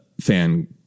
fan